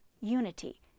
Unity